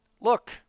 look